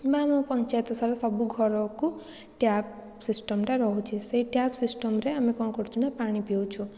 କିମ୍ବା ଆମ ପଞ୍ଚାୟତ ସାରା ସବୁ ଘରକୁ ଟ୍ୟାପ୍ ସିଷ୍ଟମ୍ଟା ରହୁଛି ସେଇ ଟ୍ୟାପ୍ ସିଷ୍ଟମ୍ରେ ଆମେ କ'ଣ କରୁଛୁନା ପାଣି ପିଉଛୁ